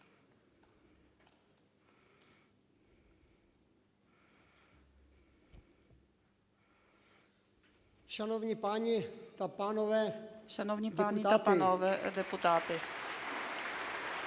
Шановні пані та панове депутати,